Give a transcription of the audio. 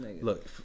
Look